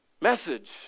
message